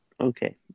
okay